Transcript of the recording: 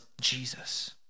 Jesus